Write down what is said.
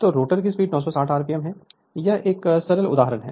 तो रोटर की speed 960 rpm है यह एक सरल उदाहरण है